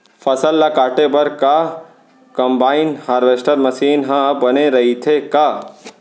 फसल ल काटे बर का कंबाइन हारवेस्टर मशीन ह बने रइथे का?